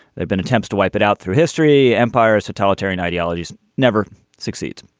there've been attempts to wipe it out through history empires totalitarian ideologies never succeed.